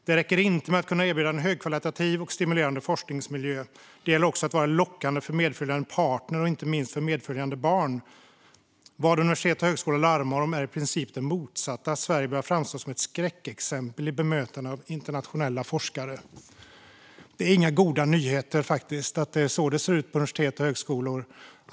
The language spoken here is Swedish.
Det räcker inte med att kunna erbjuda en högkvalitativ och stimulerande forskningsmiljö. Det gäller också att vara lockande för medföljande partner och inte minst för medföljande barn. Vad universitet och högskolor larmar om är i princip det motsatta: Sverige börjar framstå som ett skräckexempel i bemötandet av internationella forskare. Det är inga goda nyheter att det är så det ser ut på universitet och högskolor.